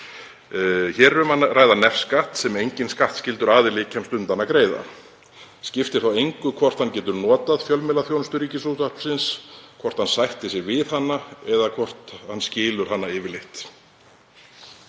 Hér er um að ræða nefskatt sem enginn skattskyldur aðili kemst undan að greiða. Skiptir þá engu hvort hann getur notað fjölmiðlaþjónustu Ríkisútvarpsins, hvort hann sættir sig við hana eða hvort hann skilur hana yfirleitt.